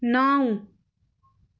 نَو